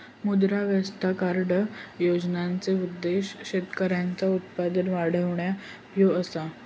मुद्रा स्वास्थ्य कार्ड योजनेचो उद्देश्य शेतकऱ्यांचा उत्पन्न वाढवणा ह्यो असा